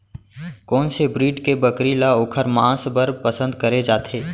कोन से ब्रीड के बकरी ला ओखर माँस बर पसंद करे जाथे?